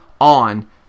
on